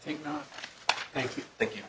i think not thank you thank you